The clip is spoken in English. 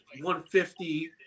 150